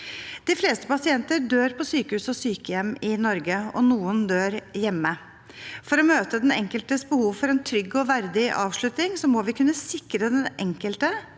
De fleste pasienter dør på sykehus og sykehjem i Norge, og noen dør hjemme. For å møte den enkeltes behov for en trygg og verdig avslutning må vi kunne sikre den enkelte